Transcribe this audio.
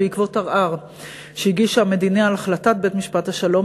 בעקבות ערר שהגישה המדינה על החלטת בית-משפט השלום,